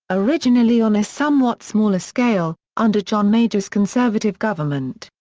originally on a somewhat smaller scale, under john major's conservative government,